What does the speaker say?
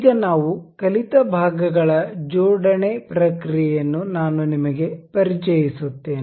ಈಗ ನಾವು ಕಲಿತ ಭಾಗಗಳ ಜೋಡಣೆ ಪ್ರಕ್ರಿಯೆಯನ್ನು ನಾನು ನಿಮಗೆ ಪರಿಚಯಿಸುತ್ತೇನೆ